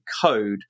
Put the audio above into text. code